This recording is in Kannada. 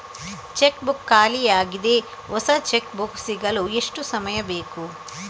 ಚೆಕ್ ಬುಕ್ ಖಾಲಿ ಯಾಗಿದೆ, ಹೊಸ ಚೆಕ್ ಬುಕ್ ಸಿಗಲು ಎಷ್ಟು ಸಮಯ ಬೇಕು?